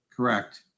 Correct